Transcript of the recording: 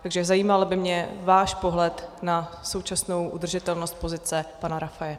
Takže zajímal by mě váš pohled na současnou udržitelnost pozice pana Rafaje.